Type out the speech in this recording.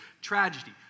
tragedy